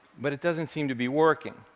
but it doesn't seem to be working.